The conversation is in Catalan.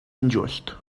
injust